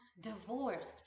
divorced